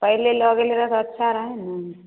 पहिले लऽ गेल रहै अच्छा रहै ने